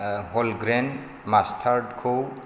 wholegrain मास्टार्डखौ